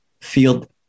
field